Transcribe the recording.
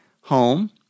home